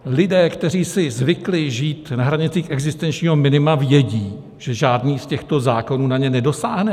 Lidé, kteří si zvykli žít na hranici existenčního minima, vědí, že žádný z těchto zákonů na ně nedosáhne.